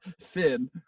Finn